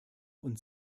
und